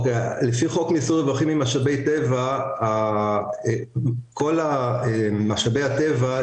לפי חוק מיסוי רווחים ממשאבי טבע כל משאבי הטבע,